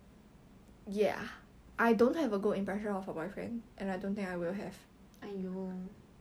几块钱 I think is I think ah is similar to secondary school